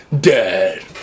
dead